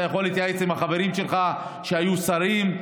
אתה יכול להתייעץ עם החברים שלך שהיו שרים,